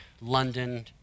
London